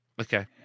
Okay